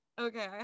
okay